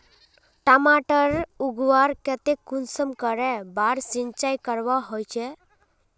टमाटर उगवार केते कुंसम करे बार सिंचाई करवा होचए?